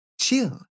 chill